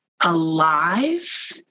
alive